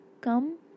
come